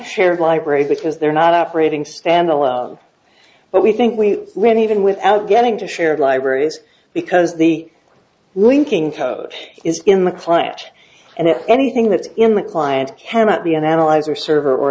shared libraries because they're not operating standalone but we think we really even without getting to shared libraries because the linking code is in the clash and anything that's in the client cannot be an analyzer server or